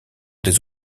des